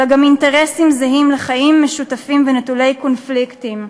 אלא גם אינטרסים זהים לחיים משותפים ונטולי קונפליקטים.